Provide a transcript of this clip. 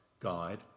guide